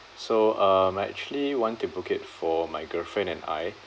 so um I actually want to book it for my girlfriend and I